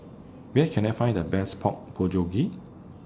Where Can I Find The Best Pork Bulgogi